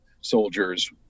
soldiers